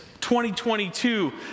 2022